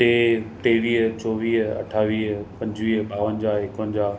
टे टेवीह चोवीह अठावीह पंजवीह ॿावंजाहु इकवंजाहु